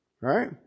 right